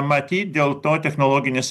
matyt dėl to technologinis